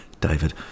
David